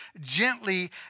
gently